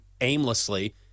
aimlessly